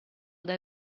dai